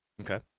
Okay